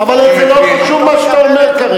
אבל זה לא חשוב מה שאתה אומר כרגע,